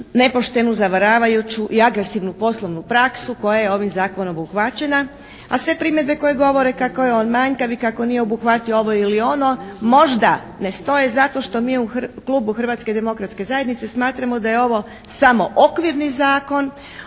nepoštenu zavaravajuću i agresivnu poslovnu praksu koja je ovim zakonom obuhvaćena. A sve primjedbe koje govore kako je on manjkav i kako nije obuhvatio ovo ili ono možda ne stoje zato što mi u Klubu Hrvatske demokratske zajednice smatramo da je ovo samo okvirni zakon,